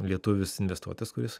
lietuvis investuotojas kuris